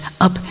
up